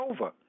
over